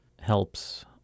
helps